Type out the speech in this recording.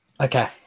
Okay